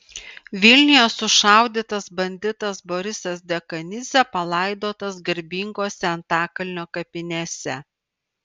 vilniuje sušaudytas banditas borisas dekanidzė palaidotas garbingose antakalnio kapinėse